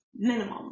minimum